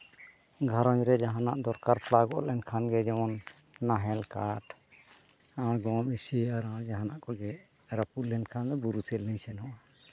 ᱜᱷᱟᱨᱚᱸᱡᱽ ᱨᱮ ᱡᱟᱦᱟᱱᱟᱜ ᱫᱚᱨᱠᱟᱫ ᱞᱮᱱᱠᱷᱟᱱ ᱜᱮ ᱡᱮᱢᱚᱱ ᱨᱮ ᱯᱟᱲᱟᱣ ᱜᱚᱫ ᱞᱮᱱᱠᱷᱟᱱ ᱜᱮ ᱡᱮᱢᱚᱱ ᱱᱟᱦᱮᱞ ᱠᱟᱴᱷ ᱮᱥᱤ ᱟᱨᱦᱚᱸ ᱡᱟᱦᱟᱱᱟᱜ ᱠᱚᱜᱮ ᱨᱟᱹᱯᱩᱫ ᱞᱮᱱᱠᱷᱟᱱ ᱫᱚ ᱵᱩᱨᱩ ᱥᱮᱫ ᱞᱤᱧ ᱥᱮᱱᱚᱜᱼᱟ